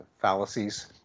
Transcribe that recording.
fallacies